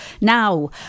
Now